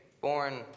born